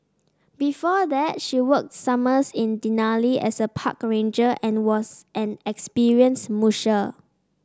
before that she worked summers in Denali as a park ranger and was an experienced musher